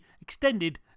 extended